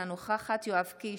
אינה נוכחת יואב קיש,